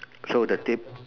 so the Ta